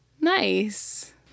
Nice